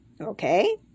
Okay